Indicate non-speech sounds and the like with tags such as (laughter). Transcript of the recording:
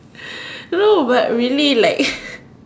(breath) no but really like (laughs)